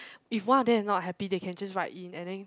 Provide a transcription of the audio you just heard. if one of them is not happy they can just write in and then